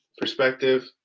perspective